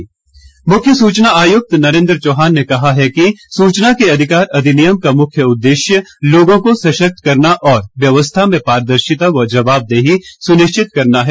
नरेन्द्र चौहान मुख्य सूचना आयुक्त नरेन्द्र चौहान ने कहा है कि सूचना के अधिकार अधिनियम का मुख्य उद्देश्य लोगों को सशक्त करना और व्यवस्था में पारदर्शिता व जवाबदेही सुनिश्चित करना है